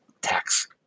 tax